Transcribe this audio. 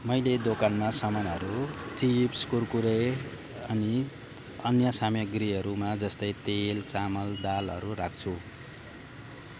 मैले दोकानमा सामानहरू चिप्स कुरकुरे अनि अन्य सामाग्रीहरूमा जस्तै तेल चामल दालहरू राख्छु